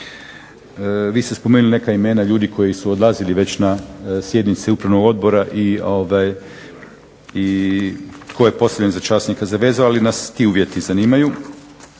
Vi ste spomenuli neka imena ljudi koji su odlazili već na sjednice upravnog odbora i tko je postavljen za časnika za vezu ali nas ti uvjeti zanimaju.